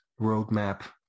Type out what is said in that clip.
roadmap